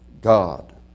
God